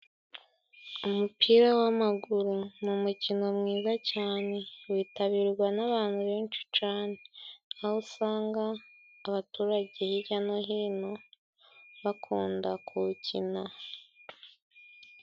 Umupira w'amaguru ni umukino mwiza cyane witabirwa n'abantu benshi cane, aho usanga abaturage hirya no hino bakunda kuwukina.